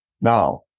Now